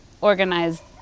organized